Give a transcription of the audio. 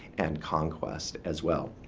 and conquest as well.